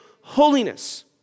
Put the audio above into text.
holiness